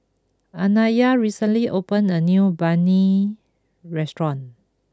Anaya recently opened a new Banh Mi restaurant